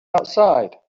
outside